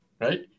right